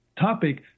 topic